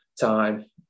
time